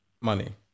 money